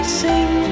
sing